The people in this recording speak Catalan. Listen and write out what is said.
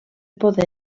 poder